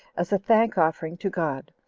as a thank-offering to god,